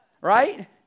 Right